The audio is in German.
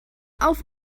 auf